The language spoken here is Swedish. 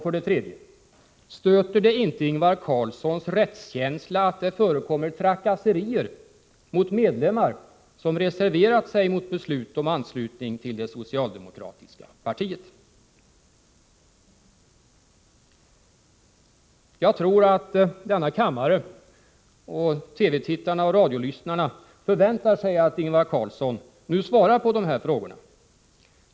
För det tredje: Stöter det inte Ingvar Carlssons rättskänsla att det förekommer trakasserier mot medlemmar som reserverat sig mot beslut om anslutning till det socialdemokratiska partiet? Jag tror att vi i denna kammare och även TV-tittarna och radiolyssnarna förväntar sig att Ingvar Carlsson i dag svarar på de frågor jag ställt.